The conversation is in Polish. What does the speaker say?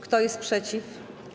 Kto jest przeciw?